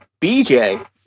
BJ